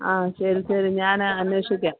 ആ ശരി ശരി ഞാൻ അന്വേഷിക്കാം